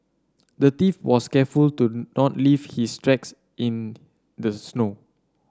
the thief was careful to not leave his tracks in the snow